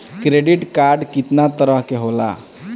Credit card कितना तरह के होला?